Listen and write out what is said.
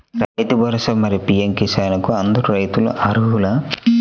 రైతు భరోసా, మరియు పీ.ఎం కిసాన్ కు అందరు రైతులు అర్హులా?